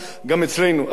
אבל אצלנו, היהודים,